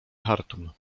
chartum